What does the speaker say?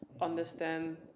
understand